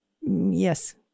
Yes